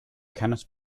cannot